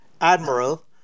Admiral